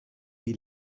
die